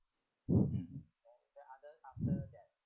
mm